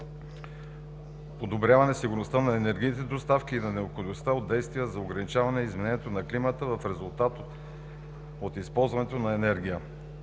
подобряване на сигурността на енергийните доставки и на необходимостта от действия за ограничаване изменението на климата в резултат от използването на енергия.